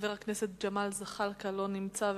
חבר הכנסת ג'מאל זחאלקה, לא נמצא.